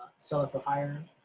sell it for higher.